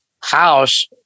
house